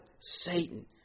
Satan